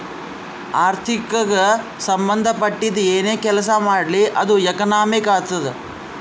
ಆರ್ಥಿಕಗ್ ಸಂಭಂದ ಪಟ್ಟಿದ್ದು ಏನೇ ಕೆಲಸಾ ಮಾಡ್ಲಿ ಅದು ಎಕನಾಮಿಕ್ ಆತ್ತುದ್